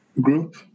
group